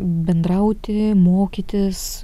bendrauti mokytis